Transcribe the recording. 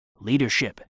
Leadership